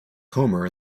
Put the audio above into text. homer